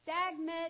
stagnant